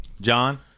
john